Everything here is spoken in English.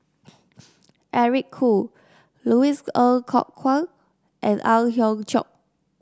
Eric Khoo Louis Ng Kok Kwang and Ang Hiong Chiok